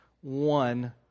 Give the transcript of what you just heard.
one